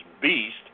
beast